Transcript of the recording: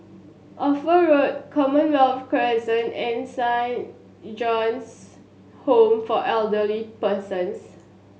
Ophir Road Commonwealth Crescent and Sign John's Home for Elderly Persons